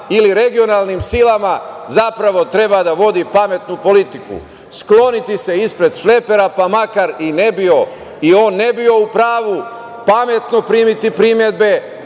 ili regionalnim silama, zapravo treba da vodi pametnu politiku. Znači, skloniti se ispred šlepera, pa makar i ne bio u pravu, pametno primiti primedbe,